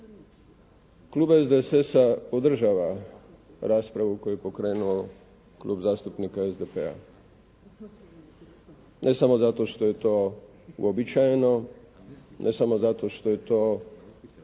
Klub SDSD-a podržava raspravu koju je pokrenuo Klub zastupnika SDP-a ne samo zato što je to uobičajeno, ne samo zato što je to